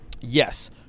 Yes